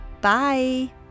Bye